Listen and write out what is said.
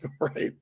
Right